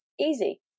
Easy